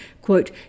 quote